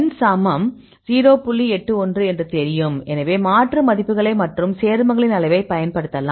81 என்று தெரியும் எனவே மாற்று மதிப்புகளைப் மற்றும் சேர்மங்களின் அளவைப் பயன்படுத்தலாம்